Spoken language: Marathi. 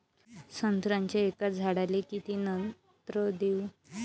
संत्र्याच्या एका झाडाले किती नत्र देऊ?